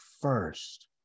first